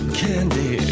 candy